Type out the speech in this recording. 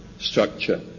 structure